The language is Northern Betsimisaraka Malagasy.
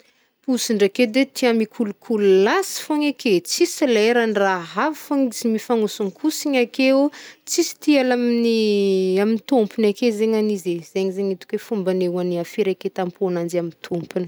Posy ndraiky edy e, tia mikolokolo lasy fogna ake, tsisy leran-drah hafan-tsy mifagnosikosign akeo. Tsisy tia hiala amin'ny- amy tompony ake zegny an'izy e. Zeiny zegny n hitako hoe fomba anehoan'ny a firaketam-pon'anjy amin'ny tompony.